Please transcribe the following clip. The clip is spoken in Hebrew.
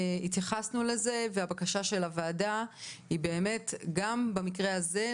התייחסנו לזה והבקשה של הוועדה היא באמת גם במקרה הזה,